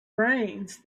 brains